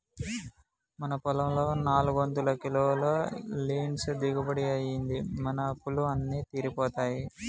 మన పొలంలో నాలుగొందల కిలోల లీన్స్ దిగుబడి అయ్యింది, మన అప్పులు అన్నీ తీరిపోతాయి